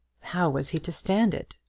how was he to stand it?